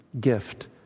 gift